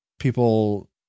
people